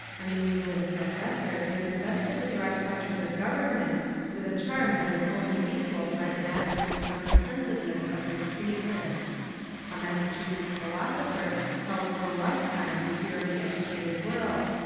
a new england professor has invested the dry subject of government with a charm that is only equalled by the masterly comprehensive ness of his treatment a massachusetts philoso pher held for a lifetime the ear of the edu cated world,